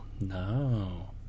No